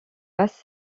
basse